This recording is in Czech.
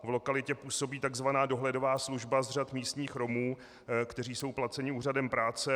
V lokalitě působí takzvaná dohledová služba z řad místních Romů, kteří jsou placeni úřadem práce.